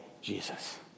Jesus